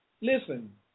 listen